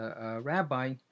rabbi